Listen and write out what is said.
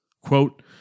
quote